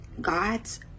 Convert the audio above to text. God's